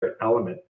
element